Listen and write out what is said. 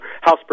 house